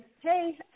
hey